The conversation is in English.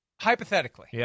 Hypothetically